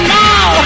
now